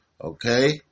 Okay